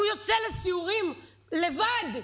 הוא יוצא לסיורים לבד,